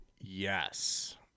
Yes